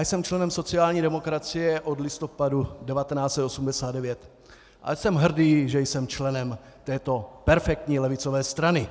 Jsem členem sociální demokracie od listopadu 1989 a jsem hrdý, že jsem členem této perfektní levicové strany.